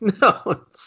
No